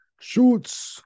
Shoots